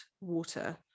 water